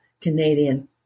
Canadian